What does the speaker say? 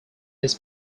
his